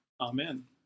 Amen